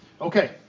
Okay